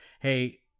Hey